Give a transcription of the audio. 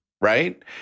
right